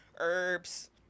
herbs